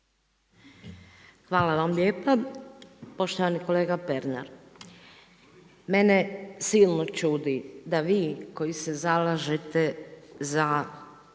Hvala vam lijepa. Poštovani kolega Pernar, mene silno čudi da vi koji se zalažete za